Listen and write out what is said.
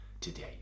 today